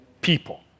people